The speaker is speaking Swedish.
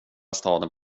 staden